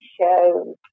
show